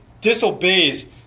disobeys